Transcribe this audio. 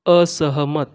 असहमत